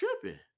tripping